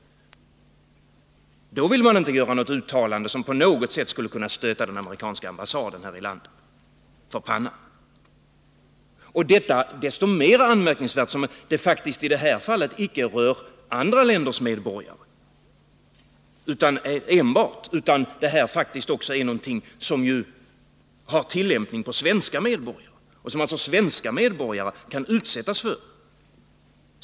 Då vill man inte göra något uttalande som på något sätt skulle kunna stöta den amerikanska ambassaden här i landet för pannan. Det är så mycket mer anmärkningsvärt som detta inte rör enbart andra länders medborgare utan faktiskt också har tillämpning på svenska medborgare och alltså kan drabba sådana.